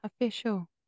Official